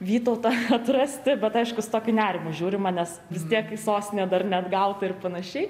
vytautą atrasti bet aišku su tokiu nerimu žiūrima nes vis tiek kai sostinė dar neatgauta ir panašiai